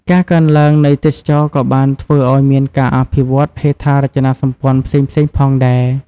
ការកើនឡើងនៃទេសចរណ៍ក៏បានធ្វើឲ្យមានការអភិវឌ្ឍន៍ហេដ្ឋារចនាសម្ព័ន្ធផ្សេងៗផងដែរ។